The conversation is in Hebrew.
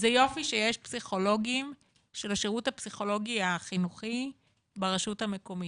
זה יופי שיש פסיכולוגים של השירות הפסיכולוגי החינוכי ברשות המקומית,